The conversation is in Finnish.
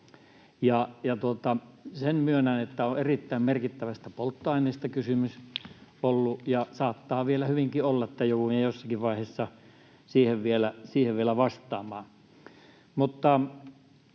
Sen myönnän, että on ollut erittäin merkittävästä polttoaineesta kysymys ja saattaa vielä hyvinkin olla, että joudumme jossakin vaiheessa siihen vielä vastaamaan.